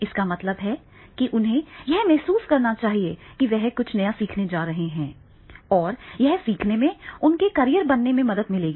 इसका मतलब है कि उन्हें यह महसूस करना चाहिए कि वे कुछ नया सीखने जा रहे हैं और यह सीखने से उनके करियर को बनाने में मदद मिलेगी